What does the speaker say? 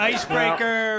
Icebreaker